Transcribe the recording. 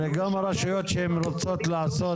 גם הרשויות שהן רוצות לעשות,